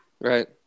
Right